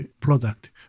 product